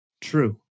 true